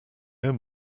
own